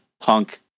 punk